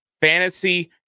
fantasy